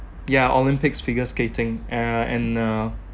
yeah olympics figure skating ah and uh